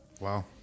Wow